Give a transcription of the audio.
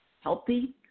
healthy